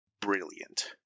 brilliant